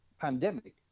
pandemic